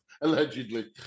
allegedly